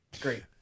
great